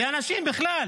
לאנשים בכלל.